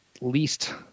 least